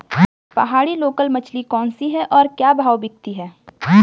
पहाड़ी लोकल मछली कौन सी है और क्या भाव बिकती है?